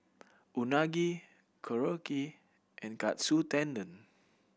Unagi Korokke and Katsu Tendon